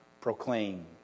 proclaim